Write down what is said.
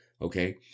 Okay